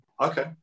Okay